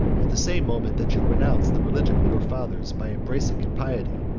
at the same moment that you renounce the religion of your fathers, by embracing impiety,